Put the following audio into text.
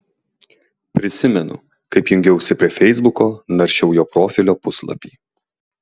prisimenu kaip jungiausi prie feisbuko naršiau jo profilio puslapį